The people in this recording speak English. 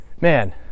man